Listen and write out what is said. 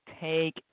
take